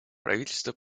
правительство